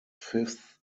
fifth